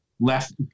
left